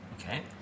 Okay